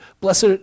blessed